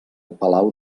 palau